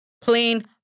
plain